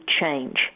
change